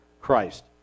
Christ